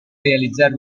realizzare